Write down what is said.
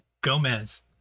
Gomez